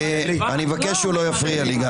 אני מבקש שהוא לא יפריע לי.